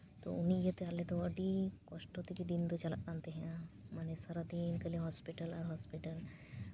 ᱛᱚ ᱩᱱᱤ ᱤᱭᱟᱹᱛᱮ ᱟᱞᱮ ᱫᱚ ᱟᱹᱰᱤ ᱠᱚᱥᱴᱚ ᱛᱮᱜᱮ ᱫᱤᱱ ᱫᱚ ᱪᱟᱞᱟᱜ ᱠᱟᱱ ᱛᱟᱦᱮᱸᱜᱼᱟ ᱢᱟᱱᱮ ᱥᱟᱨᱟᱫᱤᱱ ᱠᱷᱟᱹᱞᱤ ᱦᱚᱥᱯᱤᱴᱟᱞ ᱟᱨ ᱦᱚᱥᱯᱤᱴᱟᱞ